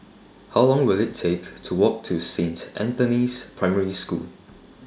How Long Will IT Take to Walk to Saint Anthony's Primary School